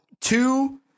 two